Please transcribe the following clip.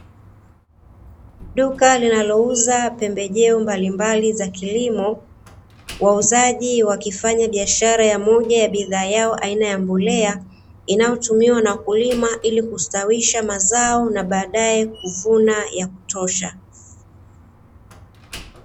Duka linalouza pembejeo mbalimbali za kilimo. Wauzaji wakifanya biashara ya moja ya bidhaa yao aina ya mbolea inayotumiwa na wakulima ili kustawisha mazao na baadae kuvuna ya kutosha.